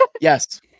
Yes